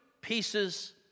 pieces